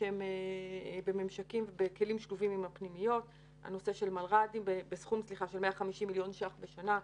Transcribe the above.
שהם בכלים שלובים עם הפנימיות בסכום של 150 מיליון ש"ח בשנה,